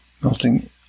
Melting